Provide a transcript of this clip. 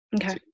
Okay